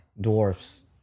Dwarfs